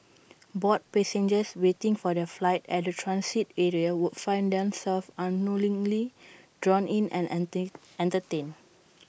bored passengers waiting for their flight at the transit area would find themselves unknowingly drawn in and enter entertained